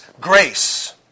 grace